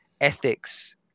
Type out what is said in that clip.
ethics